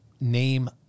name